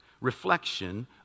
reflection